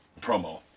promo